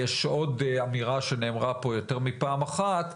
יש עוד אמירה שנאמר פה יותר מפעם אחת,